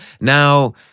Now